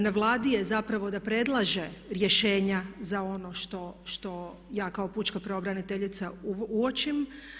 Na Vladi je zapravo da predlaže rješenja za ono što ja kao pučka pravobraniteljica uočim.